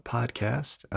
Podcast